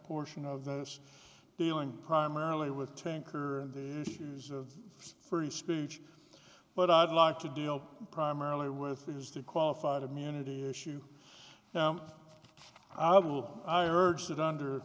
portion of those dealing primarily with tanker issues of free speech but i'd like to deal primarily with is the qualified immunity issue i will i urge that under